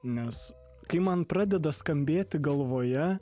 nes kai man pradeda skambėti galvoje